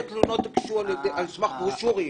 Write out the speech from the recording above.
רוב התלונות הוגשו על סמך ברושורים,